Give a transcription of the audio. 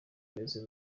ndetse